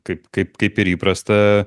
kaip kaip kaip ir įprasta